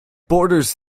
borders